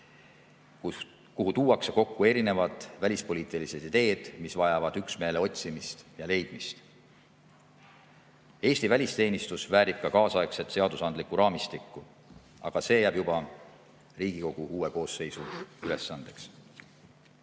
kuhu tuuakse kokku erinevad välispoliitilised ideed, mis vajavad üksmeele otsimist ja leidmist. Eesti välisteenistus väärib ka kaasaegset seadusandlikku raamistikku, aga see jääb juba Riigikogu uue koosseisu ülesandeks.